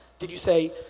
did you say,